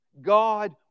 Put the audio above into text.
God